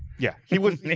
yeah, he was